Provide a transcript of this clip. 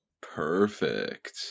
Perfect